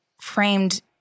framed